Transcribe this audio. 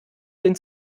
den